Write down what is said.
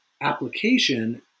application